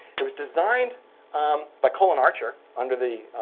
it was designed by colin archer under the